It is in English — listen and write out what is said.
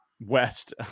west